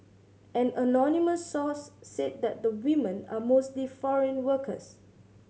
an anonymous source said that the women are mostly foreign workers